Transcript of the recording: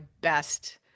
best